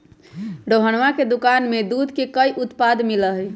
रोहना के दुकान में दूध के कई उत्पाद मिला हई